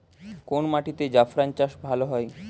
কোন মাটিতে জাফরান চাষ ভালো হয়?